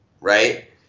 right